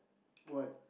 what